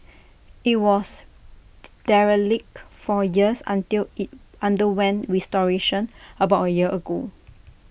IT was derelict for years until IT underwent restoration about A year ago